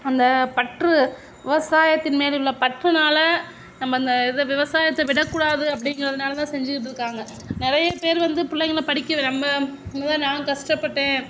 அந்த பற்று விவசாயத்தின் மேல் உள்ள பற்றுனால் நம்ம இந்த இது விவசாயத்தை விடக்கூடாது அப்படிங்கிறதுனால தான் செஞ்சுகிட்ருக்காங்க நிறைய பேர் வந்து பிள்ளைங்கள படிக்கவே ரொம்ப தான் நானும் கஷ்டப்பட்டேன்